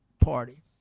party